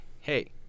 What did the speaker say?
hey